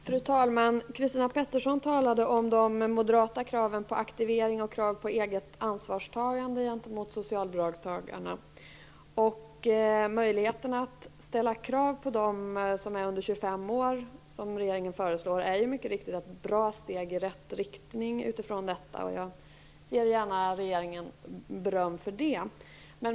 Fru talman! Christina Pettersson talade om de moderata kraven på aktivering och kravet på eget ansvarstagande gentemot socialbidragstagarna. Möjligheten att ställa krav på dem som är under 25 år, som regeringen föreslår, är ett bra steg i rätt riktning. Jag ger gärna regeringen beröm för det.